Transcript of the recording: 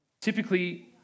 Typically